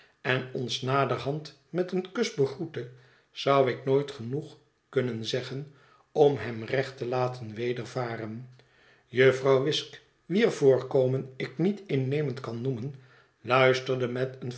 en ons naderhand met een kus begroette zou ik nooit genoeg kunnen zeggen om hem recht te laten wedervaren jufvrouw wisk wier voorkomen ik niet innemend kan noemen luisterde met een